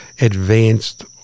advanced